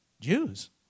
Jews